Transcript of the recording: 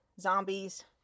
zombies